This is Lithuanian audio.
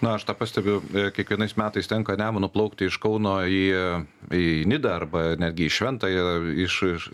na aš tą pastebiu kiekvienais metais tenka nemunu plaukti iš kauno į į nidą arba netgi į šventąją iš iš